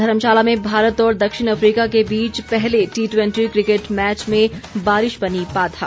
धर्मशाला में भारत और दक्षिण अफ्रीका के बीच पहले टी ट्वेंटी क्रिकेट मैच में बारिश बनी बाधा